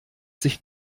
sich